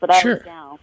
Sure